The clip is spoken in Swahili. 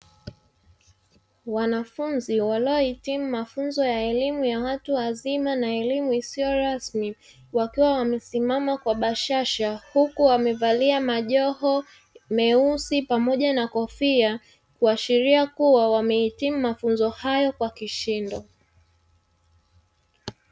Wanafunzi walioitimu mafunzo ya elimu ya watu wazima na elimu isiyo rasmi wakiwa wamesimama kwa bashasha, huku wamevalia majoho meusi pamoja na kofia kuashiria kuwa wamehitimu mafunzo hayo kwa kishindo.